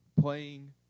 playing